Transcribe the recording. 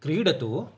क्रीडतु